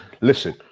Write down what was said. listen